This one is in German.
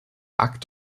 akt